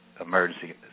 emergency